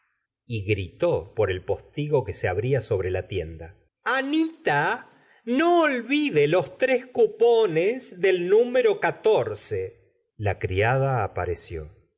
y gritó por el postigo que se abria sobre la tienda anita no olvide los tres cupones del número la criada aparecio